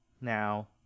Now